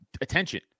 attention